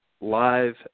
live